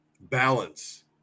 balance